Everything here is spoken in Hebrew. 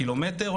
קילומטר,